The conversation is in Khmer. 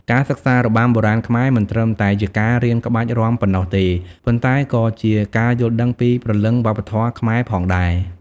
ការសិក្សារបាំបុរាណខ្មែរ មិនត្រឹមតែជាការរៀនក្បាច់រាំប៉ុណ្ណោះទេ ប៉ុន្តែក៏ជាការយល់ដឹងពីព្រលឹងវប្បធម៌ខ្មែរផងដែរ។